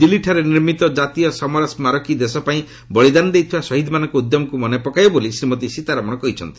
ଦିଲ୍ଲୀଠାରେ ନିର୍ମିତ ଜାତୀୟ ସମର ସ୍କାରକୀ ଦେଶ ପାଇଁ ବଳିଦାନ ଦେଇଥିବା ଶହୀଦମାନଙ୍କ ଉଦ୍ୟମକୁ ମନେ ପକାଇବ ବୋଲି ଶ୍ରୀମତୀ ସୀତାରମଣ କହିଛନ୍ତି